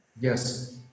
Yes